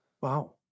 Wow